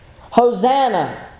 Hosanna